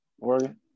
Oregon